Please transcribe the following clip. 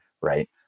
right